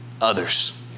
others